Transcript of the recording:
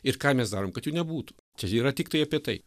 ir ką mes darom kad nebūtų čia yra tiktai apie tai